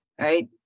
right